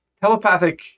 telepathic